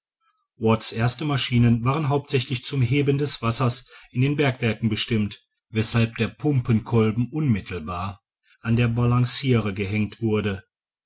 watt's erste maschinen waren hauptsächlich zum heben des wassers in den bergwerken bestimmt weßhalb der pumpenkolben unmittelbar an der balanciere gehängt wurde